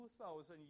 2,000